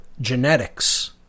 genetics